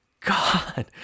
God